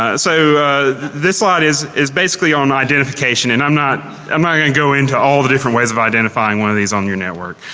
ah so this slide is is basically on identification. and i'm not i'm not going to go into all the different ways of identifying one of these on your network.